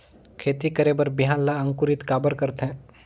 खेती करे बर बिहान ला अंकुरित काबर करथे?